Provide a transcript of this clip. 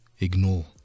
ignore